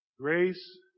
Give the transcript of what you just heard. Grace